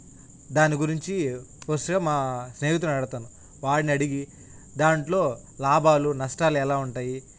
దాని గురించి కోసిగా మా స్నేహితునడగతాను వాడిని అడిగి దాంట్లో లాభాలు నష్టాలు ఎలా ఉంటాయి